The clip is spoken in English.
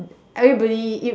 everybody if